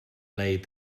laid